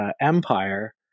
empire